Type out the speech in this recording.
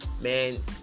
man